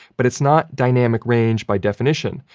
but it's not dynamic range by definition.